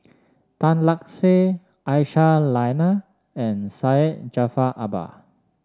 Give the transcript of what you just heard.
Tan Lark Sye Aisyah Lyana and Syed Jaafar Albar